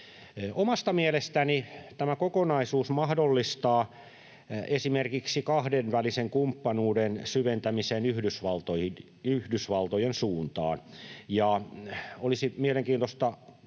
Omasta mielestäni tämä kokonaisuus mahdollistaa esimerkiksi kahdenvälisen kumppanuuden syventämisen Yhdysvaltojen suuntaan, ja olisi mielenkiintoista